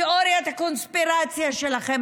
תיאוריית הקונספירציה שלכם.